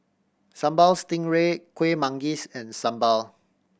Sambal Stingray Kuih Manggis and sambal